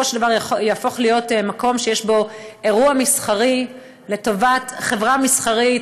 של דבר יהפוך להיות מקום שיש בו אירוע מסחרי לטובת חברה מסחרית,